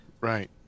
Right